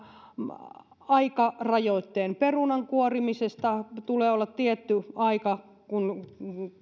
aikarajoite perunan kuorimisesta tulee olla tietty aika kun